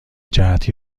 جهت